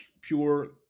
pure